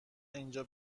اینجا